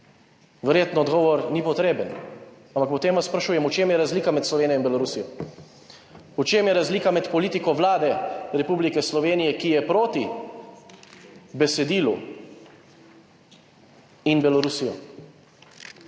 Verjetno odgovor ni potreben, ampak potem vas sprašujem, v čem je razlika med Slovenijo in Belorusijo. V čem je razlika med politiko Vlade Republike Slovenije, ki je proti besedilu in Belorusijo.